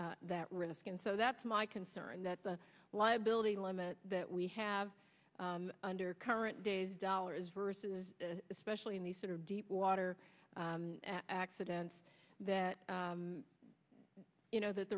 that risk and so that's my concern that the liability limit that we have under current days dollars versus especially in the sort of deep water accidents that you know that